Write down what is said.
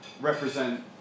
represent